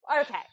Okay